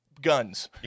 guns